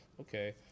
okay